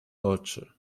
oczy